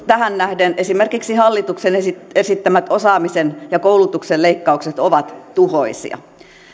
tähän nähden esimerkiksi hallituksen esittämät osaamisen ja koulutuksen leikkaukset ovat tuhoisia